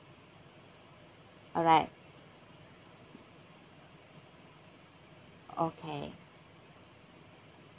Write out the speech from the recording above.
alright okay